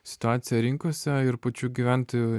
situacija rinkose ir pačių gyventojų